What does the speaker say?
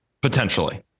Potentially